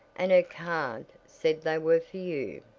and her card said they were for you.